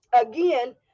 Again